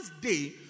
day